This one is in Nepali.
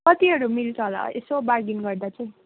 कतिहरू मिल्छ होला यसो बार्गेनिङ गर्दा चाहिँ